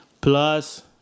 plus